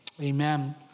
Amen